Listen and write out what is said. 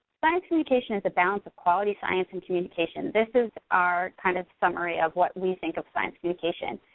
science communication is a balance of quality science and communication. this is our kind of summary of what we think of science communication.